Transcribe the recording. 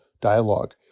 dialogue